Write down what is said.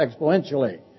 exponentially